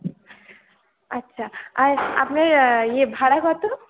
আচ্ছা আর আপনার ইয়ে ভাড়া কত